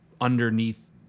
underneath